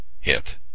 hit